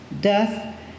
death